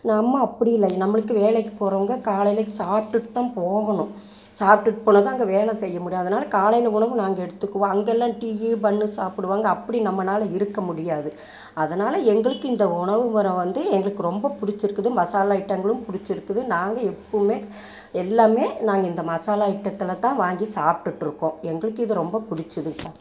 நம்ம அப்படி இல்லை நம்மளுக்கு வேலைக்கு போகிறவங்க காலையில் சாப்பிட்டுட்டு தான் போகணும் சாப்பிட்டுட் போனால்தான் அங்கே வேலை செய்ய முடியும் அதனால் காலையில் உணவு நாங்கள் எடுத்துக்குவோம் அங்கே எல்லாம் டீ கீ பன்னு சாப்பிடுவாங்க அப்படி நம்மனால இருக்கற முடியாது அதனால் எங்களுக்கு இந்த உணவுமுறை வந்து எங்களுக்கு ரொம்ப பிடிச்சிருக்குது மசாலா ஐட்டங்களும் பிடிச்சிருக்குது நாங்கள் எப்போவுமே எல்லாமே நாங்கள் இந்த மாசாலா ஐட்டத்தில் தான் வாங்கி சாப்பிட்டுட்டு இருக்கோம் எங்களுக்கு இது ரொம்ப பிடிச்சிதுப்பா